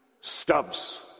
stubs